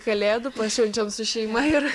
kalėdų pašvenčiam su šeima ir